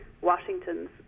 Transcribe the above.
Washington's